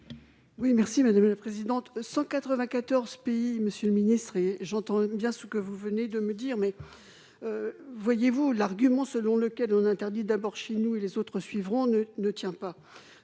Oui merci madame la présidente, 194 pays, monsieur le ministre, et j'entends bien ce que vous venez de me dire : mais vous voyez-vous l'argument selon lequel on interdit d'abord chez nous et les autres suivront ne ne tient pas,